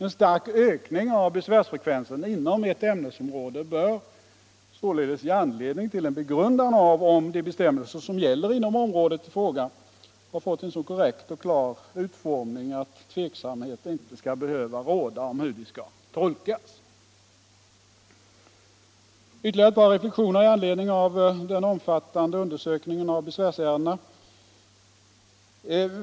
En stark ökning av besvärsfrekvensen inom ett ämnesområde bör således ge anledning till en begrundan av om de bestämmelser som gäller inom området i fråga har fått en så korrekt och klar utformning, att tveksamhet inte skall behöva råda om hur de skall tolkas. Ytterligare ett par reflexioner i anledning av den omfattande undersökningen av besvärsärendena.